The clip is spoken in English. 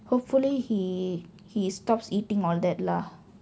hopefully he he stops eating all that lah